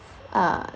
uh